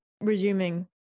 resuming